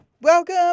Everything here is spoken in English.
welcome